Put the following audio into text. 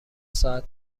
ساعت